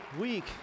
week